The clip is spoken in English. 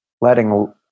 letting